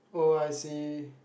oh I see